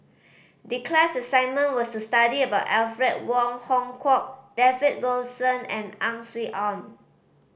the class assignment was to study about Alfred Wong Hong Kwok David Wilson and Ang Swee Aun